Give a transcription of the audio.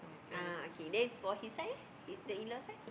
ah okay then for his side eh the in law side